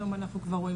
היום אנחנו כבר רואים.